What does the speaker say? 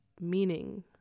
meaning